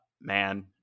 man